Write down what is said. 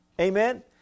Amen